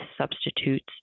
substitutes